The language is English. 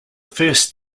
first